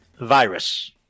virus